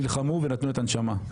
נלחמו ונתנו את הנשמה.